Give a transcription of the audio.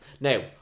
Now